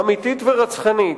אמיתית ורצחנית.